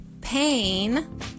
pain